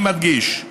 אני מדגיש: